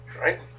right